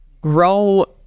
grow